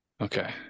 Okay